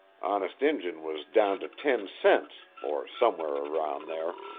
honest injun was down to ten cents, or somewhere around there,